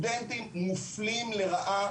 הסטודנטים מופלים לרעה,